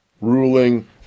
ruling